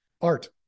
Art